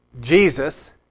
Jesus